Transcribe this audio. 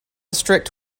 strict